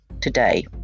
today